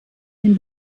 den